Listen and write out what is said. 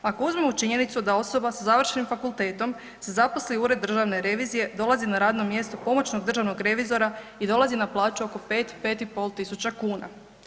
Ako uzmemo činjenicu da osoba sa završenim fakultetom se zaposli u Ured državne revizije dolazi na radno mjesto pomoćnog državnog revizora i dolazi na plaću oko 5, 5500 kuna.